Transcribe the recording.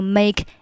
make